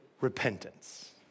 Repentance